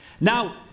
Now